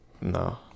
No